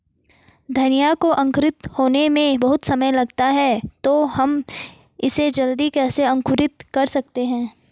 धनिया को अंकुरित होने में बहुत समय लगता है तो हम इसे जल्दी कैसे अंकुरित कर सकते हैं?